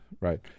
Right